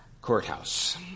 courthouse